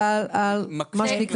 מנהל בנק הזרע שמיר,